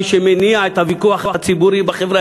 מי שמניע את הוויכוח הציבורי בחברה